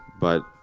but,